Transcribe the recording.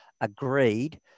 agreed